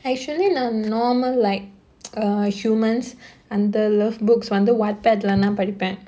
actually நா:naa normal like err humans அந்த:andha love books வந்து:vanthu wattpad lah படிப்ப:padippa